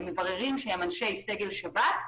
למבררים שהם אנשי סגל שב"ס,